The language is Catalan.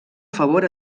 favor